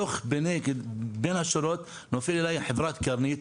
בין השורות נופלת עלי חברת "קרנית",